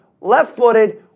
left-footed